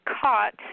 caught